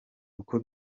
uko